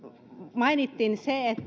mainittiin se